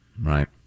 right